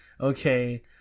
okay